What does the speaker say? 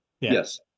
Yes